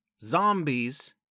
Zombies